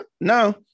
no